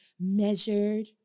measured